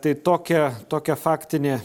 tai tokia tokia faktinė